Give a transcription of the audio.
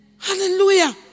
Hallelujah